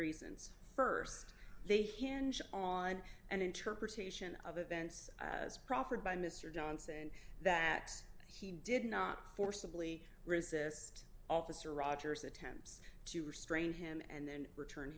reasons st they hinge on an interpretation of events as proffered by mr johnson that he did not forcibly resist officer rogers attempts to restrain him and then return